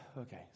okay